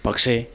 പക്ഷേ